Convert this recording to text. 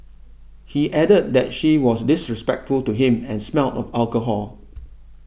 he added that she was disrespectful to him and smelled of alcohol